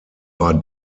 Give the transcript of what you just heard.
war